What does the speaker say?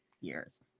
years